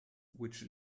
which